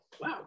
wow